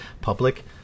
public